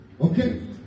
Okay